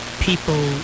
people